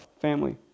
family